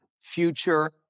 future